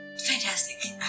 fantastic